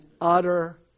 utter